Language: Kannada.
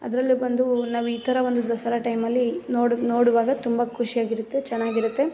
ಅದ್ರಲ್ಲೂ ಬಂದು ನಾವು ಈ ಥರ ಒಂದು ದಸರಾ ಟೈಮಲ್ಲಿ ನೋಡಿ ನೋಡುವಾಗ ತುಂಬ ಖುಷಿಯಾಗಿರುತ್ತೆ ಚೆನ್ನಾಗಿರುತ್ತೆ